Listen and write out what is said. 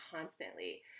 constantly